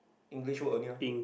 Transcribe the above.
English word only ah